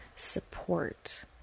support